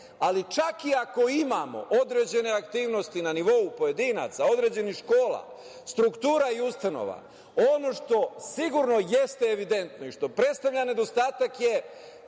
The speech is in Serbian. Ali, čak i ako imamo određene aktivnosti na nivou pojedinaca, određenih škola, struktura i ustanova, ono što sigurno jeste evidentno i što predstavlja nedostatak je